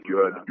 Good